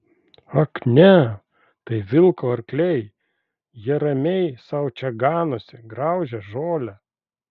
ak ne tai vilko arkliai jie ramiai sau čia ganosi graužia žolę